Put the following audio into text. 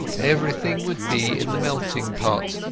everything would be in the melting-pot,